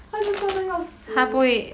他就笑到要死